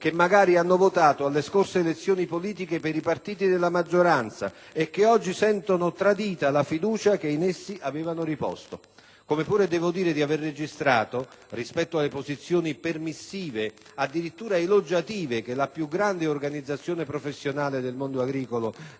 che magari hanno votato alle scorse elezioni politiche per i partiti della maggioranza, e che oggi sentono tradita la fiducia che in essi avevano riposto. Come pure devo dire di avere registrato - rispetto alle posizioni permissive, addirittura elogiative, che la più grande organizzazione professionale del mondo agricolo